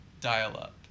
dial-up